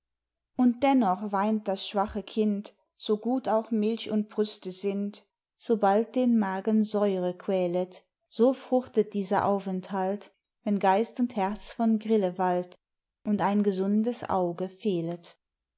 und dennoch meint das schwache kind so gut auch milch und brüste sind sobald den magen säure quälet so fruchtet dieser aufenthalt wenn geist und herz von grille wallte und ein gesundes auge fehlet